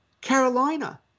Carolina